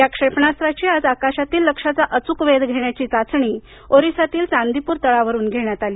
या क्षेपणास्त्राची आज आकाशातील लक्ष्याचा अचूक वेध घेण्याची चाचणी ओरिसातील चांदीपूर तळावरून घेण्यात आली